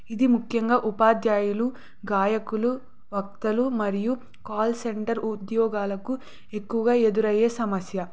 ఇది ముఖ్యంగా ఉపాధ్యాయులు గాయకులు వక్తలు మరియు కాల్ సెంటర్ ఉద్యోగాలకు ఎక్కువగా ఎదురయ్యే సమస్య